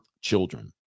children